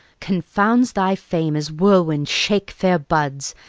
confounds thy fame as whirlwinds shake fair buds,